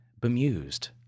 Bemused